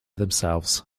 themselves